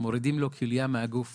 מורידים לו כליה מהגוף